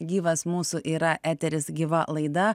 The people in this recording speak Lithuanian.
gyvas mūsų yra eteris gyva laida